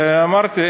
ואמרתי,